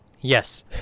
yes